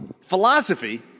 Philosophy